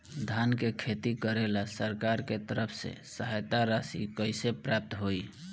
धान के खेती करेला सरकार के तरफ से सहायता राशि कइसे प्राप्त होइ?